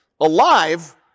alive